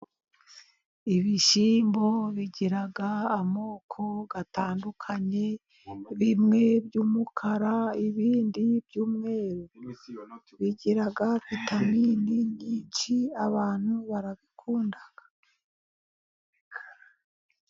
Ibishyimbo bigira amoko atandukanye, bimwe by'umukara ibindi by'umweru, bigira vitamini nyinshi, abantu barabikunda.